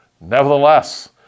Nevertheless